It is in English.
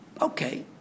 Okay